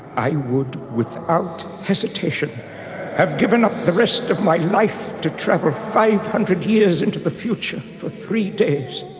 i would without hesitation have given up the rest of my life to travel five hundred years into the future for three days.